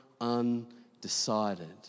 undecided